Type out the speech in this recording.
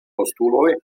postuloj